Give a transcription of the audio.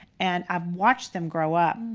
and i've watched them grow up.